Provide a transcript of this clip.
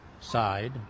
side